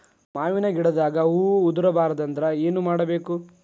ಮಾವಿನ ಗಿಡದಾಗ ಹೂವು ಉದುರು ಬಾರದಂದ್ರ ಏನು ಮಾಡಬೇಕು?